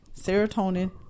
serotonin